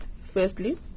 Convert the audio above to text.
Firstly